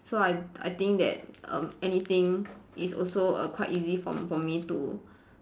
so I I think that um anything is also err quite easy for for me to